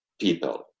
people